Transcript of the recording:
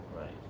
Right